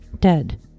Dead